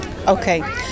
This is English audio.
Okay